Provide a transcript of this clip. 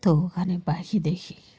তো ওখানে পাখি দেখি